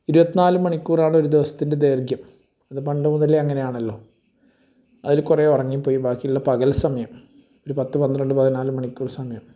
ഇരുപത്തിനാല് മണിക്കൂറാണ് ഒരു ദിവസത്തിൻ്റെ ദൈർഘ്യം അത് പണ്ടു മുതലേ അങ്ങനെ ആണല്ലോ അതിൽ കുറേ ഉറങ്ങിപ്പോയി ബാക്കിയുള്ള പകൽ സമയം ഒരു പത്ത് പന്ത്രണ്ട് പതിനാല് മണിക്കൂർ സമയം